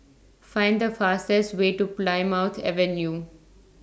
Find The fastest Way to Plymouth Avenue